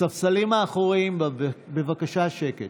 הספסלים האחוריים, בבקשה, שקט.